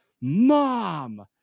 mom